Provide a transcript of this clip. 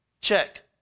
Check